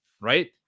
right